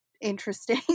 interesting